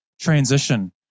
transition